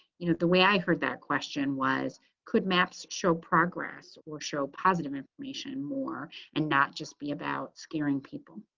you know, the way i heard that question was could maps show progress or show positive information more and not just be about scaring people